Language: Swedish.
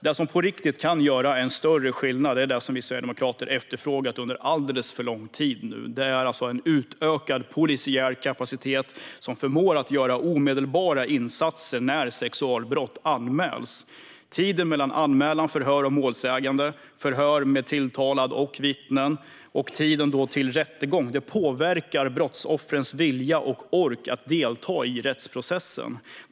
Det som på riktigt kan göra större skillnad är det som Sverigedemokraterna efterfrågat under alldeles för lång tid nu: en utökad polisiär kapacitet som förmår att göra omedelbara insatser när sexualbrott anmäls. Tiden mellan anmälan, förhör med målsägande och förhör med tilltalad och vittnen liksom tiden till rättegång påverkar brottsoffrens vilja och ork att delta i rättsprocessen.